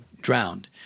drowned